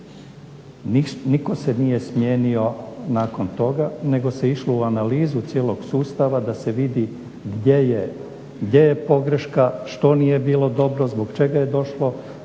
Nitko se nije smijenio nakon toga nego se išlo u analizu cijelog sustava da se vidi gdje je pogreška, što nije bilo dobro, zbog čega je došlo